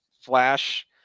Flash